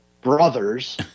brothers